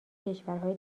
کشورهای